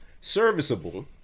Serviceable